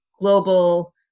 global